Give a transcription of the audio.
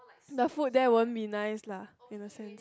the food there won't be nice lah in a sense